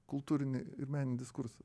kultūrinį ir meninį diskursą